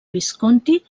visconti